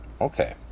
Okay